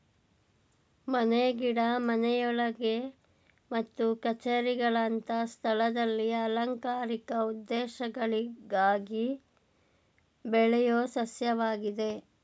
ಮನೆ ಗಿಡ ಮನೆಯೊಳಗೆ ಮತ್ತು ಕಛೇರಿಗಳಂತ ಸ್ಥಳದಲ್ಲಿ ಅಲಂಕಾರಿಕ ಉದ್ದೇಶಗಳಿಗಾಗಿ ಬೆಳೆಯೋ ಸಸ್ಯವಾಗಿದೆ